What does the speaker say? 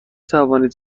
توانید